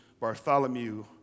Bartholomew